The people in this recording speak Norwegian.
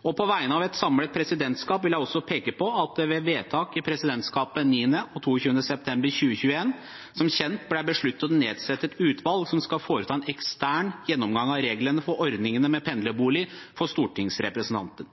På vegne av et samlet presidentskap vil jeg også peke på at det ved vedtak i presidentskapet den 9. og 22. september 2021 som kjent ble besluttet å nedsette et utvalg som skal foreta en ekstern gjennomgang av reglene for ordningene med